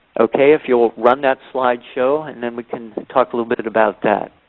okay, if you ah run that slideshow and then we can talk a little bit about that.